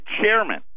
chairman